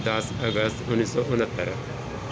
ਦਸ ਅਗਸਤ ਉੱਨੀ ਸੌ ਉਣਹੱਤਰ